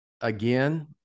again